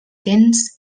tens